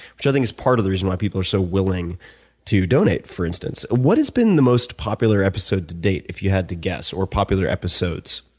which i think is part of the reason why people are so willing to donate, for instance. what has been the most popular episode to date, if you had to guess, or popular episodes?